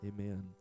Amen